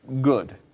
good